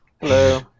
Hello